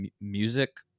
music